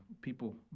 people